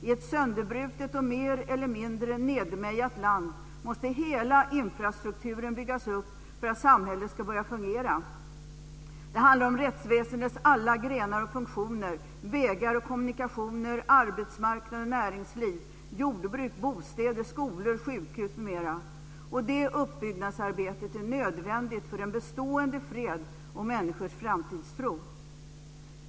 I ett sönderbrutet och mer eller mindre nedmejat land måste hela infrastrukturen byggas upp för att samhället ska börja fungera. Det handlar om rättsväsendets alla grenar och funktioner, vägar och kommunikationer, arbetsmarknad och näringsliv, jordbruk, bostäder, skolor, sjukhus m.m. Det uppbyggnadsarbetet är nödvändigt för en bestående fred och människors framtidstro.